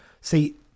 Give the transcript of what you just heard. See